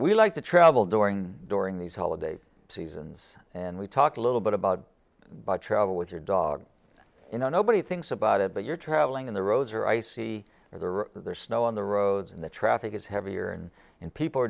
we like to travel during during these holiday seasons and we talked a little bit about the trouble with your dog you know nobody thinks about it but you're traveling on the roads are icy there's snow on the roads in the traffic is heavier and and people are